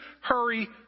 hurry